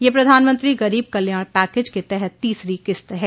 यह प्रधानमंत्री गरीब कल्याण पैकेज के तहत तीसरी किस्त है